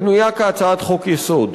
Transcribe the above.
בנויה כהצעת חוק-יסוד.